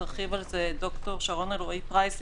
תרחיב על זה ד"ר שרון אלרעי פרייס.